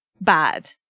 bad